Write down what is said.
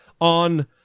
on